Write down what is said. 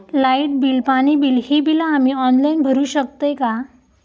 Light bill, पाणी bill, ही बिला आम्ही ऑनलाइन भरू शकतय का?